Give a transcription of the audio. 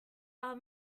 are